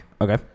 Okay